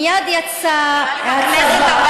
מייד יצא הצבא,